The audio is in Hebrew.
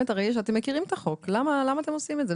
אתם מכירים את החוק, למה אתם עושים את זה?